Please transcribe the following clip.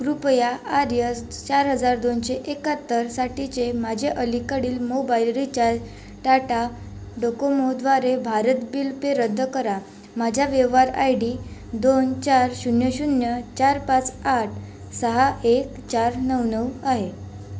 कृपया आर्यास चार हजार दोनशे एकाहत्तरसाठीचे माझे अलीकडील मोबाईल रिचार्ज टाटा डोकोमोद्वारे भारत बिल पे रद्द करा माझ्या व्यवहार आय डी दोन चार शून्य शून्य चार पाच आठ सहा एक चार नऊ नऊ आहे